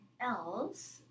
else